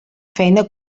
feina